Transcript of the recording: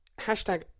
Hashtag